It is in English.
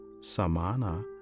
samana